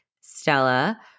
Stella